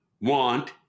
want